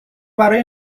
برای